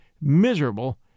miserable